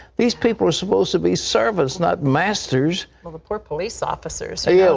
these people are supposed to be servants, not masters. well, the poor police officers. yeah